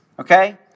Okay